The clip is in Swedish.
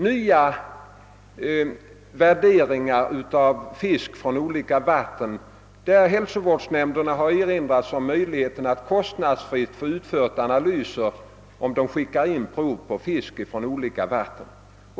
Nya värderingar av fisk från olika vatten görs oekså ständigt, och hälsovårdsnämnderna har erinrats om möjligheterna att kostnadsfritt få analyser utförda om de skickar in prov på fisk från olika vatten.